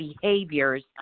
behaviors